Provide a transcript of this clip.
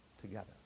together